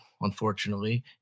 unfortunately